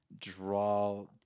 draw